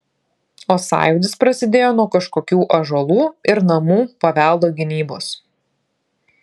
o sąjūdis prasidėjo nuo kažkokių ąžuolų ir namų paveldo gynybos